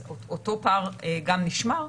אז אותו פער גם נשמר.